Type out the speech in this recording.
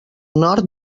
nord